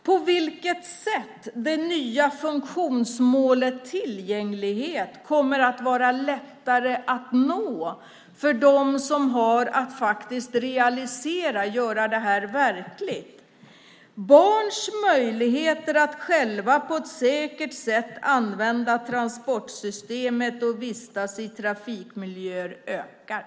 På vilket sätt kommer det nya funktionsmålet tillgänglighet att vara lättare att nå för dem som faktiskt har att realisera detta, alltså göra det verkligt? Barns möjligheter att själva på ett säkert sätt använda transportsystemet och vistas i trafikmiljöer ökar.